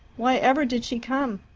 why ever did she come?